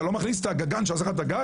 אתה לא מכניס את הגגן שעושה לך את הגג?